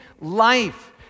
life